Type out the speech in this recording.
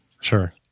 Sure